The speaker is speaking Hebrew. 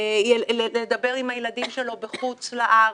לדבר עם הילדים שלו בחוץ לארץ.